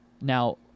Now